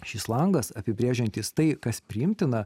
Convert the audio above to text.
šis langas apibrėžiantis tai kas priimtina